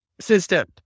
system